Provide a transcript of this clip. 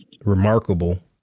Remarkable